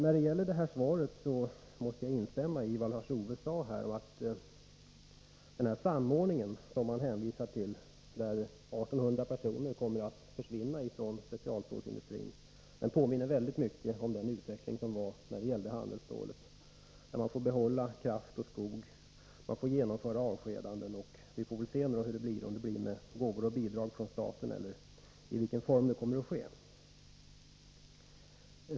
Beträffande svaret måste jag instämma i vad Lars-Ove Hagberg sade, att den samordning som det hänvisas till, där 1 800 personer kommer att försvinna från specialstålsindustrin, i hög grad påminner om den utveckling som skedde i fråga om handelsstålet. Man får behålla kraft och skog och man får genomföra avskedanden. Vi får se hur det blir — om det blir fråga om gåvor och bidrag från staten eller något annat.